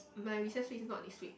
my recess week is not next week